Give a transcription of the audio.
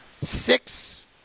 Six